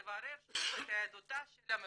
לברר שוב את יהדותה של המבקשת".